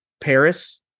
paris